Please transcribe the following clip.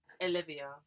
olivia